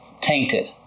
tainted